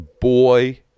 boy